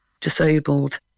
disabled